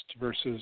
versus